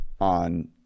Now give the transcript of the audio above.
on